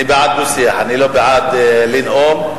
אני בעד דו-שיח, אני לא בעד לנאום.